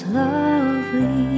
lovely